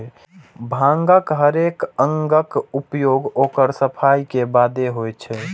भांगक हरेक अंगक उपयोग ओकर सफाइ के बादे होइ छै